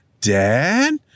dad